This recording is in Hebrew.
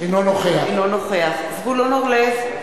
אינו נוכח זבולון אורלב,